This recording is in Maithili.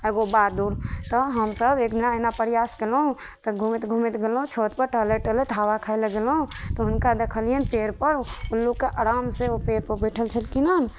एगो बादुर तऽ हमसब एकदम एना प्रयास केलहुॅं तऽ घुमैत घुमैत गेलहुॅं छोट पर टॉयलेट टाॅइलेट हवा खाय लए गेलहुॅं तऽ हुनका देखलियनि पेड़ पर लोकके आराम से ओ पेड़ पर बैठल छलखिन हन